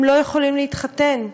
הם לא יכולים להתחתן,